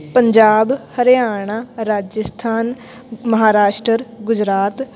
Punjab Haryana Rajasthan Maharashtra Gujarat